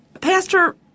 Pastor